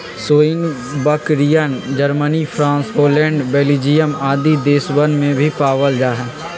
सानेंइ बकरियन, Germany, France, Holland, Belgium आदि देशवन में भी पावल जाहई